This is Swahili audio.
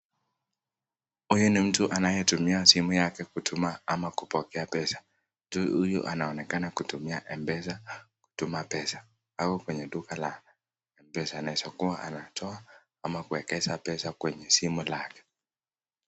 Huyu ni mtu anayetumia simu yake kutuma ama kupokea pesa. Mtu huyu anaonekana kutumia mpesa kutuma pesa ,ako kwenye duka la mpesa, inaweza kuwa anatoa ama kuekeza pesa kwenye simu lake.